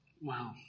Wow